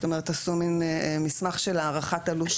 זאת אומרת עשו מין מסמך של הערכת עלות-תועלת.